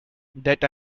that